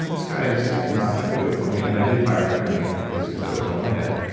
ah this guy is not gonna do it for me, and i did fire him when he basically said it was all in my head.